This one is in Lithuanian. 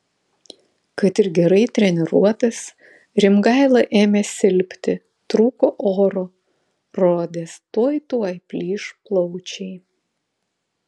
kad ir gerai treniruotas rimgaila ėmė silpti trūko oro rodėsi tuoj tuoj plyš plaučiai